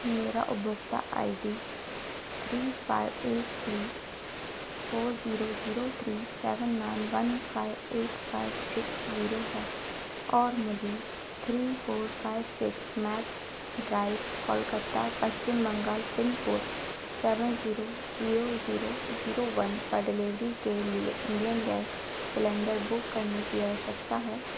मेरा उपभोक्ता I D three five eight three four zero zero three seven nine one five eight five six zero है और मुझे three four five six Maple Drive Kolkata Paschim Bangal pin code seven zero zero zero one पर delivery के लिए Indane gas cylinder book करने की आवश्यकता है